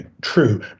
true